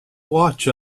watch